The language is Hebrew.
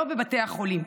לא בבתי החולים,